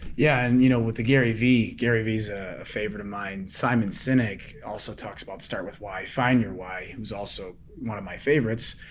yeah, and you know with the gary vee, gary vee is a favorite of mine. simon sinek also talks about start with why, find your why, he was also one of my favorites.